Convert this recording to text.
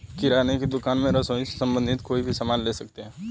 किराने की दुकान में रसोई से संबंधित कोई भी सामान ले सकते हैं